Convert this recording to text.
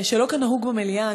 שלא כנהוג במליאה,